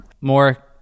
more